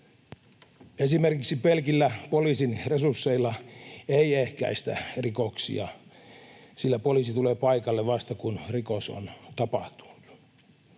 Esimerkiksi pelkillä poliisin resursseilla ei ehkäistä rikoksia, sillä poliisi tulee paikalle vasta kun rikos on tapahtunut.